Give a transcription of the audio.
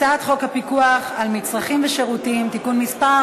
הצעת הפיקוח על מצרכים ושירותים (תיקון מס'